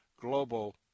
global